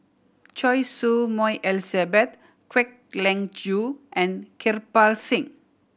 Choy Su Moi Elizabeth Kwek Leng Joo and Kirpal Singh